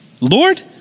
Lord